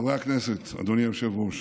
חברי הכנסת, אדוני היושב-ראש,